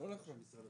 לא נכון.